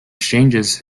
exchanges